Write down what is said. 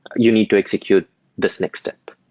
you need to execute this next step.